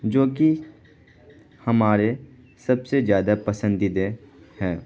جو کہ ہمارے سب سے زیادہ پسندیدہ ہیں